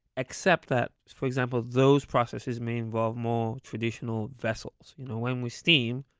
except that, for example, those processes may involve more traditional vessels. you know when we steam,